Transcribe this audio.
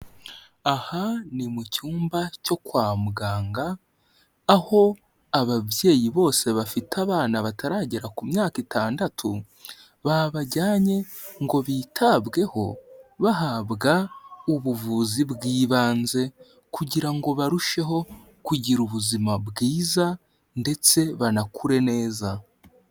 Aha ni mu cyumba cyo kwa muganga, aho ababyeyi bose bafite abana bataragera ku myaka itandatu, babajyanye ngo bitabweho, bahabwa ubuvuzi bw'ibanze, kugira ngo barusheho kugira ubuzima bwiza, ndetse banakure neza.